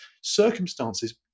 Circumstances